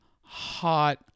hot